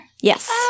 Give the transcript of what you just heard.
yes